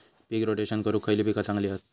पीक rotation करूक खयली पीका चांगली हत?